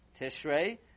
Tishrei